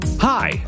Hi